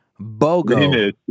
Bogo